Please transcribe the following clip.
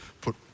put